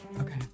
Okay